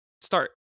start